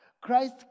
Christ